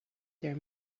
there